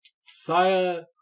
Saya